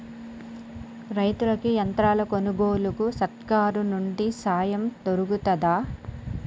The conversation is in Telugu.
రైతులకి యంత్రాలు కొనుగోలుకు సర్కారు నుండి సాయం దొరుకుతదా?